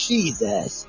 Jesus